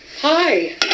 Hi